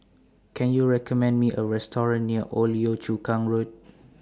Can YOU recommend Me A Restaurant near Old Yio Chu Kang Road